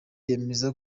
yemeza